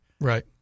Right